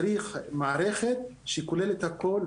צריך מערכת שכוללת הכל,